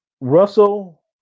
Russell